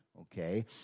okay